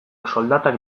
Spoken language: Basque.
soldatak